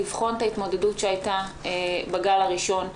לבחון את ההתמודדות שהייתה בגל הראשון.